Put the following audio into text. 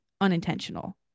unintentional